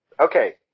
Okay